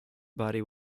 body